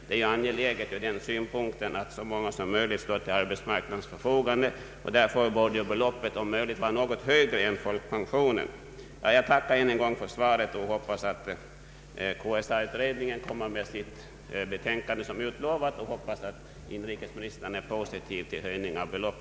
Det är ju angeläget att så många som möjligt står till arbetsmarknadens förfogande, och därför bör omställningsbidraget om möjligt vara något högre än folkpensionen. Jag tackar än en gång för svaret och hoppas att KSA-utredningen kommer med sitt betänkande såsom utlovats och att inrikesministern är positiv till en höjning av beloppen.